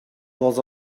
was